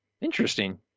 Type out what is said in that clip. Interesting